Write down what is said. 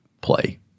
play